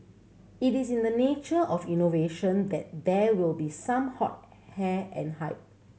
it is in the nature of innovation that there will be some hot hair and hype